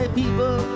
people